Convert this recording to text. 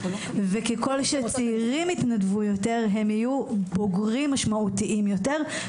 וככול שצעירים יתנדבו יותר הם יהיו בוגרים משמעותיים יותר.